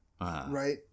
Right